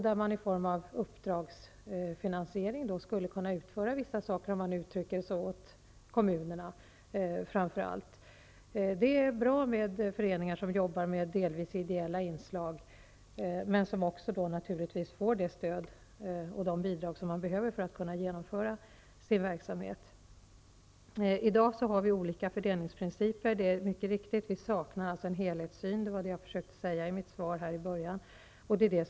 Vissa saker skulle kunna utföras med hjälp av uppdragsfinansiering, framför allt för kommunernas räkning. Det är bra att föreningar kan arbeta med delvis ideella inslag men också kan få det stöd och de bidrag som de behöver för att kunna genomföra sin verksamhet. Det är riktigt att vi i dag har olika fördelningsprinciper. Som jag sade inledningsvis saknar vi en helhetssyn, och vi behöver därför ta ett mera samlat grepp.